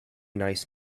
nice